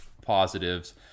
positives